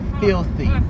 filthy